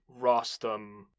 Rostam